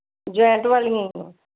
joint ਵਾਲੀਆਂ ਹੀ ਹੈ